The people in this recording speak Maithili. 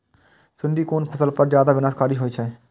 सुंडी कोन फसल पर ज्यादा विनाशकारी होई छै?